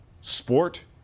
sport